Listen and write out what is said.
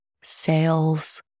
sales